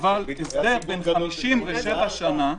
אבל הסדר בן 67 שנה,